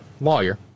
lawyer